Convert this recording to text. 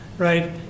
Right